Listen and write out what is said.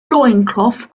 loincloth